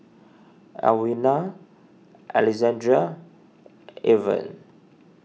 Alwina Alexandria Irven